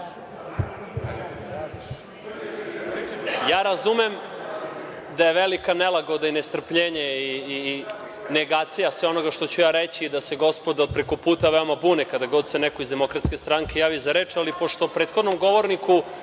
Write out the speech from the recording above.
Ja razumem da je velika nelagoda i nestrpljenje i negacija svega onoga što ću reći da se gospoda od preko puta veoma bune kad god se neko iz DS javi za reč, ali pošto prethodnom govorniku